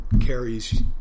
carries